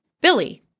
Billy